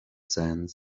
sands